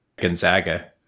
Gonzaga